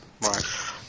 Right